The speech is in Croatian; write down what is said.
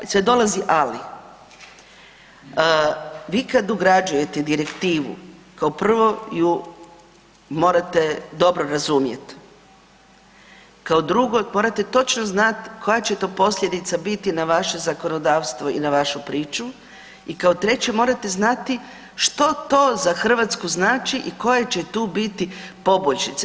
Ali, sve dolazi ali vi kad ugrađujete direktivu kao prvo ju morate dobro razumjet, kao drugo morate točno znati koja će to posljedica biti na vaše zakonodavstvo i na vašu priču i kao treće morate znati što to za Hrvatsku znači i koje će tu biti poboljšice.